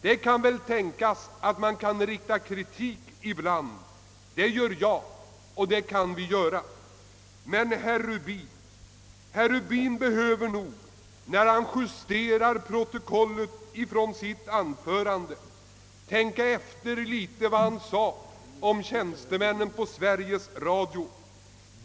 Det kan väl tänkas att man ibland bör kritisera — det gör också jag — men herr Rubin behöver nog när han justerar sitt anförande tänka på vad han yttrade om tjänstemännen på Sveriges Radio.